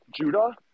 Judah